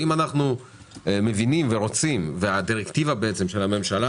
אם אנחנו מבינים ורוצים והדירקטיבה של הממשלה